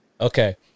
okay